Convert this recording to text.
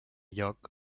lloc